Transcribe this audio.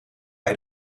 bij